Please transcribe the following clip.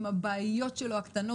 עם הבעיות הקטנות שלו,